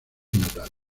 natal